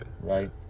Right